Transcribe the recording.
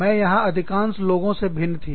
मैं यहां अधिकांश लोगों से भिन्न थी